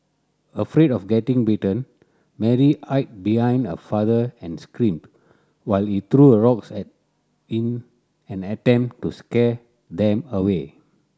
afraid of getting bitten Mary hide behind her father and screamed while he threw a rocks a in an attempt to scare them away